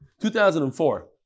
2004